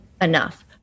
enough